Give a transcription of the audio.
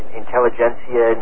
intelligentsia